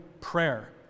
prayer